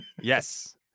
Yes